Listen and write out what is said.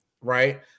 Right